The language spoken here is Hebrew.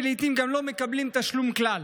ולעיתים גם לא מקבלים תשלום כלל.